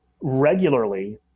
regularly